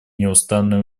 неустанные